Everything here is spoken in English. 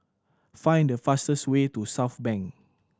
find the fastest way to Southbank